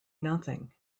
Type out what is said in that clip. nothing